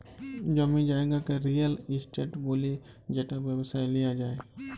জমি জায়গাকে real estate ব্যলে যেট ব্যবসায় লিয়া যায়